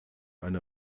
eine